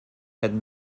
had